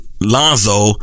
lonzo